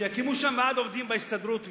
שיקימו ועד עובדים שם בהסתדרות,